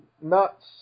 nuts